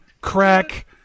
crack